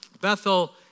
Bethel